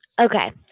Okay